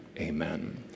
amen